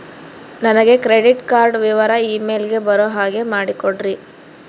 ನನಗೆ credit card ವಿವರ email ಗೆ ಬರೋ ಹಾಗೆ ಮಾಡಿಕೊಡ್ರಿ?